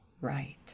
right